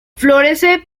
florece